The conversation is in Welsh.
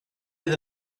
fydd